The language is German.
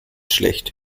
schlecht